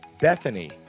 Bethany